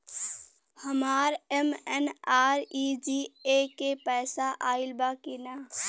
हमार एम.एन.आर.ई.जी.ए के पैसा आइल बा कि ना?